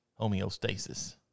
homeostasis